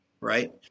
Right